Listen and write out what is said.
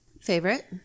Favorite